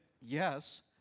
yes